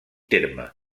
terme